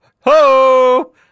Ho